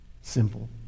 Simple